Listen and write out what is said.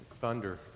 thunder